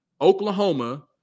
Oklahoma